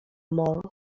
more